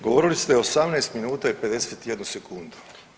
Govorili ste 18 minuta i 51 sekundu.